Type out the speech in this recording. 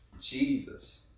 Jesus